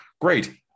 great